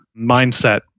mindset